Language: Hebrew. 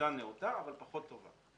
נאותה אבל פחות טובה.